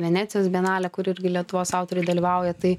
venecijos bienalė kuri irgi lietuvos autoriai dalyvauja tai